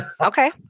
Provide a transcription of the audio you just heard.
Okay